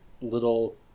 little